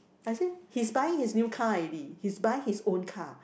but he say he's buying his new car already he's buying his own car